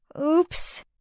Oops